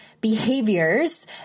behaviors